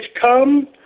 come